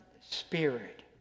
Spirit